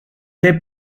they